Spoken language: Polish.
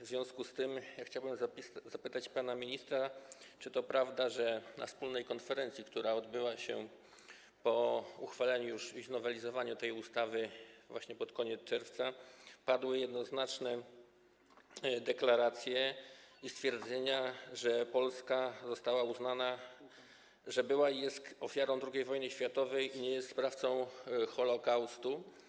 W związku z tym chciałbym zapytać pana ministra, czy to prawda, że na wspólnej konferencji, która odbyła się już po uchwaleniu i znowelizowaniu tej ustawy właśnie pod koniec czerwca, padły jednoznaczne deklaracje i stwierdzenia, że Polska została uznana za ofiarę II wojny światowej, że nie jest sprawcą Holokaustu.